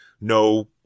no